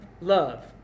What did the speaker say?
love